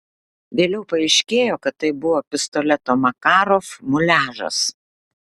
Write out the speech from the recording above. vėliau paaiškėjo kad tai buvo pistoleto makarov muliažas